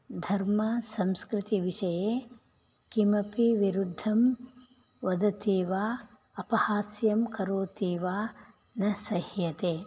धर्मसंस्कृतिविषये किमपि विरुद्धं वदति वा अपहास्यं करोति वा न सह्यते